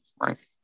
Right